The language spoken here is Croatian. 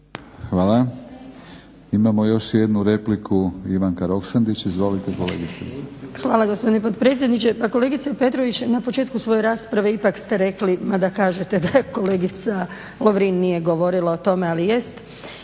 Hvala. Imamo još jednu repliku Ivanka Roksandić, izvolite kolegice. **Roksandić, Ivanka (HDZ)** Hvala gospodine potpredsjedniče. Pa kolegice Petrović, na početku svoje rasprave ipak ste rekli mada kažete da je kolegica Lovrin nije govorila o tome ali jest